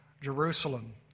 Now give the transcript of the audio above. Jerusalem